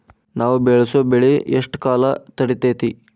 ನಾವು ಬೆಳಸೋ ಬೆಳಿ ಎಷ್ಟು ಕಾಲ ತಡೇತೇತಿ?